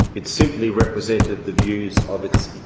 it simply represented the views of its